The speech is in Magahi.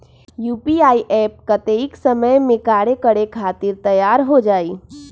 यू.पी.आई एप्प कतेइक समय मे कार्य करे खातीर तैयार हो जाई?